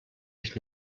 ich